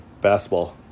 basketball